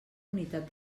unitat